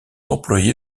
employés